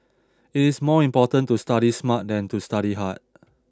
it is more important to study smart than to study hard